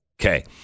Okay